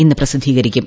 ഇന്ന് പ്രസിദ്ധീകരിക്കും